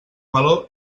meló